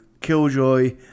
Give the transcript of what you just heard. Killjoy